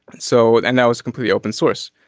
so and that was completely open source.